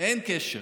אין קשר.